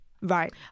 Right